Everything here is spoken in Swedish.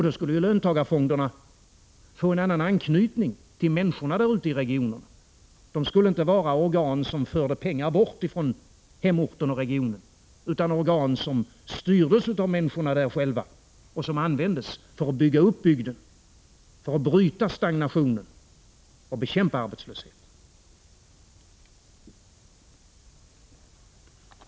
Då skulle löntagarfonderna få en annan anknytning till människorna ute i regionerna — de skulle inte vara organ som förde pengar bort från hemorten och regionen utan organ som styrdes av människorna själva och som användes för att bygga upp bygden, för att bryta stagnationen och bekämpa arbetslösheten.